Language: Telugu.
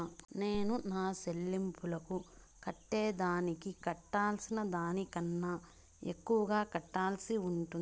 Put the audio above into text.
నేను నా సెల్లింపులకు కట్టేదానికి కట్టాల్సిన దానికన్నా ఎక్కువగా కట్టాల్సి ఉంటుందా?